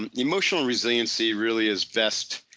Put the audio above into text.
and emotional resiliency really is best